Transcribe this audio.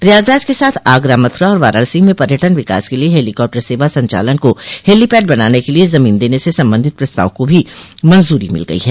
प्रयागराज के साथ आगरा मथुरा और वाराणसी में पर्यटन विकास के लिये हेलीकाप्टर सेवा संचालन को हैलीपैड बनाने के लिये जमीन देने से संबंधित प्रस्ताव को भी मंजूरी मिल गई है